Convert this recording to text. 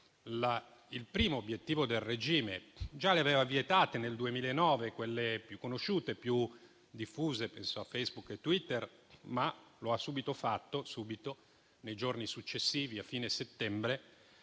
il primo obiettivo del regime. Già le aveva vietate nel 2009, quelle più conosciute e più diffuse (penso a Facebook e Twitter), ma lo ha subito fatto nei giorni successivi a fine settembre,